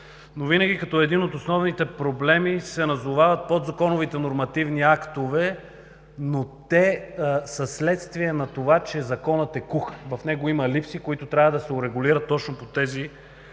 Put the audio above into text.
но винаги като едни от основните проблеми се назовават подзаконовите нормативни актове, но те са следствие на това, че Законът е кух, в него има липси, които трябва да се урегулират точно по тези